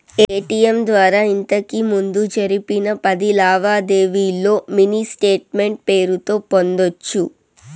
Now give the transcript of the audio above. ATM ద్వారా ఇంతకిముందు జరిపిన పది లావాదేవీల్లో మినీ స్టేట్మెంటు పేరుతో పొందొచ్చు